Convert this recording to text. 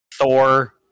thor